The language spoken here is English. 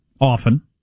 Often